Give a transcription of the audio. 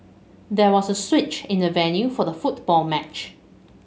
there was a switch in the venue for the football match